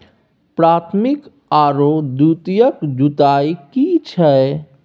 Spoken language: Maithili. प्राथमिक आरो द्वितीयक जुताई की छिये?